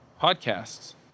podcasts